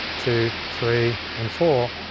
two, three, and four.